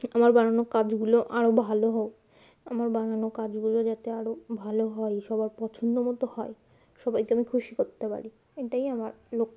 আমার বানানো কাজগুলো আরও ভালো হোক আমার বানানো কাজগুলো যাতে আরও ভালো হয় সবার পছন্দ মতো হয় সবাইকে আমি খুশি করতে পারি এটাই আমার লক্ষ্য